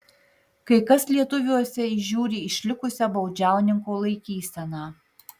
kai kas lietuviuose įžiūri išlikusią baudžiauninko laikyseną